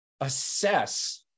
assess